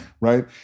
right